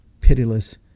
pitiless